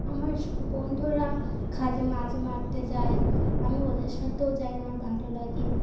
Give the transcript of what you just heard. আমার সব বন্ধুরা খালে মাছ মারতে যায় আমি ওদের সাথেও যাই আমার ভালো লাগে